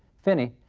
finney,